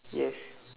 yes